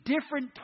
different